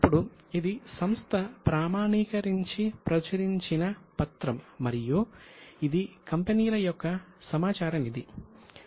ఇప్పుడు ఇది సంస్థ ప్రామాణీకరించి ప్రచురించిన పత్రం మరియు ఇది కంపెనీల యొక్క సమాచార నిధి